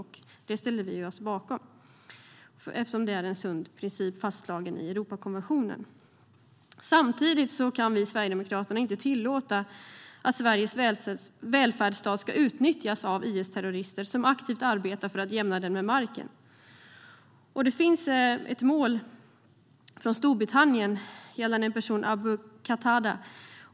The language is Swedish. Detta ställer vi oss bakom, eftersom det är en sund princip fastslagen i Europakonventionen. Samtidigt kan vi i Sverigedemokraterna inte tillåta att Sveriges välfärdsstat utnyttjas av IS-terrorister som aktivt arbetar för att jämna den med marken. Det finns ett mål i Storbritannien gällande en person, Abu Qatada.